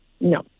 No